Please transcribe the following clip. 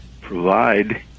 provide